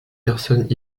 personnes